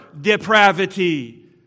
depravity